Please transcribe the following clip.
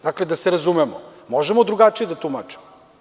Da se razumemo, možemo drugačije da tumačimo.